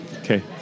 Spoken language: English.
Okay